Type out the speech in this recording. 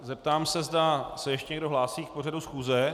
Zeptám se, zda se ještě někdo hlásí k pořadu schůze.